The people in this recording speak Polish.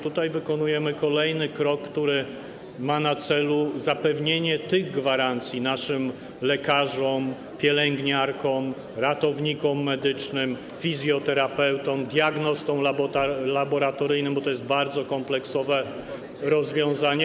Tutaj wykonujemy kolejny krok, który ma na celu zapewnienie tych gwarancji naszym lekarzom, pielęgniarkom, ratownikom medycznym, fizjoterapeutom, diagnostom laboratoryjnym, bo to jest bardzo kompleksowe rozwiązanie.